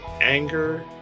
anger